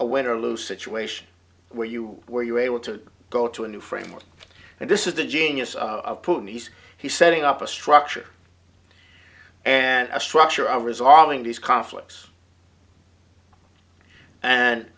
a win or lose situation where you were you able to go to a new framework and this is the genius of putin he's he setting up a structure and a structure of resolving these conflicts and